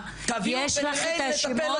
תביאו ונראה אם נטפל,